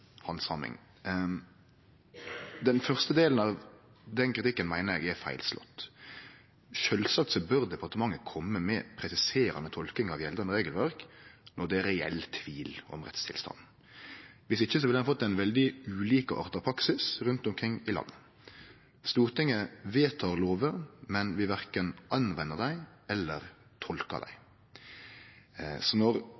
handsaming. Den første delen av den kritikken meiner eg er feilslått. Sjølvsagt bør departementet kome med presiserande tolking av gjeldande regelverk når det er reell tvil om rettstilstanden. Viss ikkje ville ein fått ein veldig ulikarta praksis rundt omkring i landet. Stortinget vedtek lover, men vi verken anvender dei eller tolkar